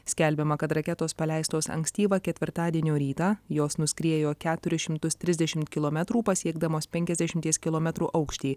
skelbiama kad raketos paleistos ankstyvą ketvirtadienio rytą jos nuskriejo keturis šimtus trisdešim kilometrų pasiekdamos penkiasdešimies kilometrų aukštį